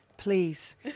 Please